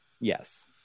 yes